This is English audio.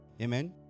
Amen